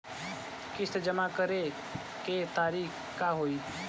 किस्त जमा करे के तारीख का होई?